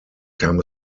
kam